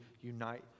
unite